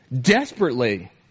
desperately